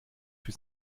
für